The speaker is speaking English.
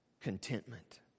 contentment